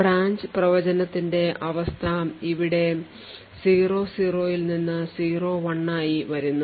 branch പ്രവചനത്തിന്റെ അവസ്ഥ ഇവിടെ 00 ൽ നിന്ന് 01 ആയി വരുന്നു